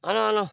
ଆଣ ଆଣ